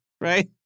right